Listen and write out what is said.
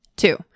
Two